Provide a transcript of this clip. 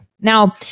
Now